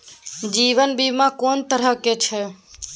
जीवन बीमा कोन तरह के छै?